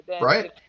right